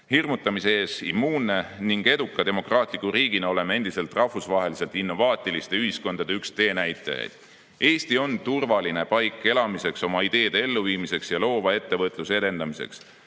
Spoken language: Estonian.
hirmutamise ees immuunne ning eduka demokraatliku riigina oleme endiselt rahvusvaheliselt innovaatiliste ühiskondade üks teenäitajaid. Eesti on turvaline paik elamiseks, oma ideede elluviimiseks ja loova ettevõtluse edendamiseks.